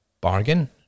bargain